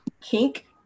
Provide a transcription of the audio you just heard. Kink